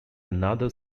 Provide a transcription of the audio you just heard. another